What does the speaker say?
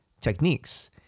techniques